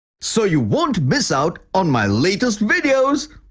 so you won't miss out on my latest videos.